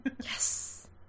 Yes